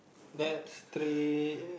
that's three